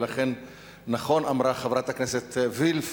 ולכן נכון אמרה חברת הכנסת וילף,